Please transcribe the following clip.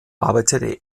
arbeitete